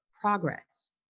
progress